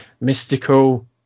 mystical